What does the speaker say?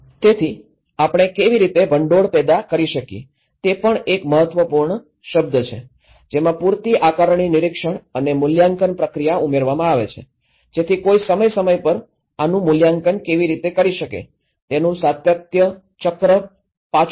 તેથી આપણે કેવી રીતે ભંડોળ પેદા કરી શકીએ તે પણ એક મહત્વપૂર્ણ શબ્દ છે જેમાં પૂરતી આકારણી નિરીક્ષણ અને મૂલ્યાંકન પ્રક્રિયા ઉમેરવામાં આવે છે જેથી કોઈ સમય સમય પર આનું મૂલ્યાંકન કેવી રીતે કરી શકે તેનું સાતત્ય ચક્ર પાછું જાય